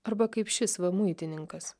arba kaip šis va muitininkas